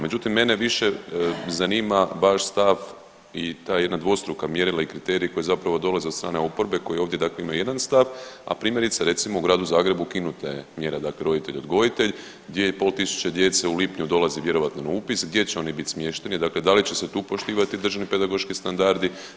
Međutim, mene više zanima vaš stav i ta jedna dvostruka mjerila i kriteriji zapravo dolaze od strane oporbe koji ovdje dakle imaju jedan stav, a primjerice recimo u Gradu Zagrebu ukinuta je mjera dakle „roditelj odgojitelj“ 2.500 djece u lipnju dolazi vjerojatno na upis, gdje će oni biti smješteni, dakle da li će se tu poštivati državni pedagoški standardi.